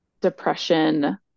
depression